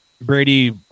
Brady